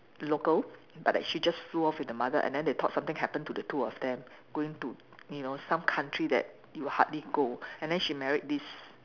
local but that she just flew off with her mother and then they thought something happened to the two of them going to you know some country that you hardly go and then she married this